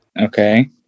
Okay